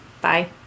Bye